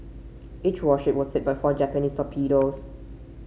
each warship was hit by four Japanese torpedoes